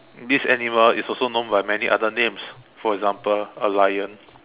this animal is also known by many other names for example a lion